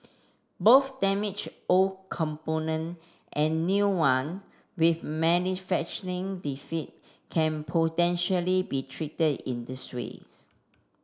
both damaged old component and new one with manufacturing defect can potentially be treated in this ways